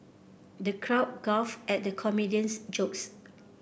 the crowd guffawed at the comedian's jokes